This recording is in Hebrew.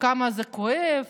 כמה זה כואב